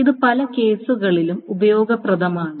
ഇത് പല കേസുകളിലും ഉപയോഗപ്രദമാണ്